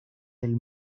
del